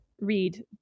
read